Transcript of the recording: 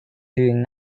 doing